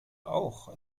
auch